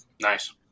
Nice